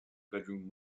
bedroom